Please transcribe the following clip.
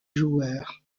joueur